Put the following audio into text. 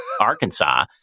Arkansas